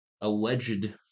alleged